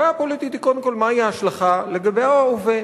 הבעיה הפוליטית היא קודם כול מהי ההשלכה לגבי ההווה,